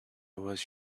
was